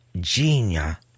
Genia